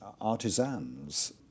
artisans